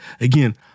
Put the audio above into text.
Again